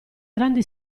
grandi